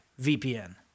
VPN